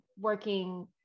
working